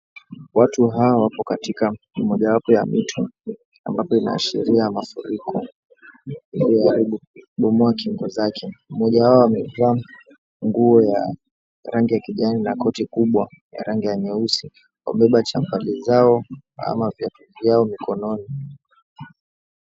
Watu hawa wapo katika mojawapo ya mito ambapo inaashiria mafuriko iliyobomoa kingo zake. Mmoja wao amevaa nguo ya rangi ya kijani na koti kubwa ya rangi ya nyeusi. Wamebeba champali zao au viatu vyao mikononi.